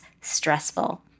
stressful